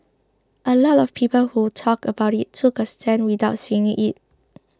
a lot of people who talked about it took a stand without seeing it